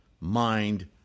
mind